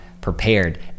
prepared